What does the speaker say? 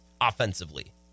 offensively